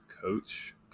Coach